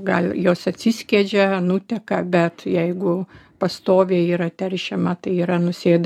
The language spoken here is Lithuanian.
gal jos atsiskiedžia nuteka bet jeigu pastoviai yra teršiama tai yra nusėda